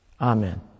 Amen